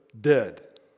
dead